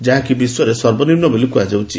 ଯାହାକି ବିଶ୍ୱରେ ସର୍ବନିମୁ ବୋଲି କୁହାଯାଇଛି